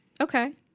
Okay